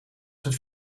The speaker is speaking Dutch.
zijn